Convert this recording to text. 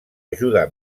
ajuda